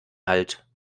halt